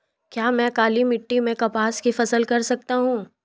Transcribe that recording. क्या मैं काली मिट्टी में कपास की फसल कर सकता हूँ?